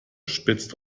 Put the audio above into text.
spitzt